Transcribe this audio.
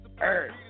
Earth